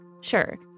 Sure